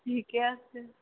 ঠিকে আছে